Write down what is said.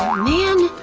um man.